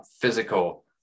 physical